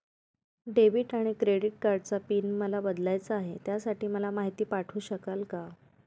Debit आणि credit कार्डचा PIN मला बदलायचा आहे, त्यासाठी मला माहिती पाठवू शकाल का?